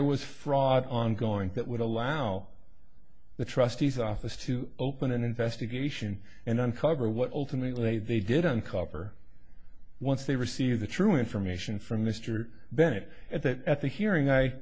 there was fraud ongoing that would allow the trustees office to open an investigation and uncover what ultimately they did uncover once they receive the true information from mr bennett at that at the hearing i